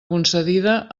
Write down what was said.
concedida